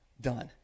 done